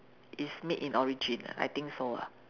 is made in origin I think so lah